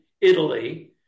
Italy